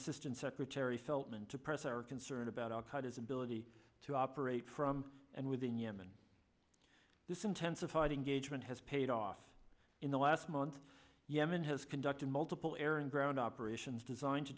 assistant secretary feltman to press are concerned about a cut his ability to operate from and within yemen this intensified engagement has paid off in the last month yemen has conducted multiple air and ground operations designed to